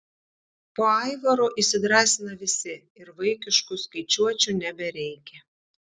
po aivaro įsidrąsina visi ir vaikiškų skaičiuočių nebereikia